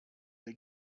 they